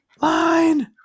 Line